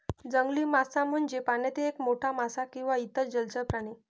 जंगली मासा म्हणजे पाण्यातील एक मोठा मासा किंवा इतर जलचर प्राणी